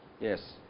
yes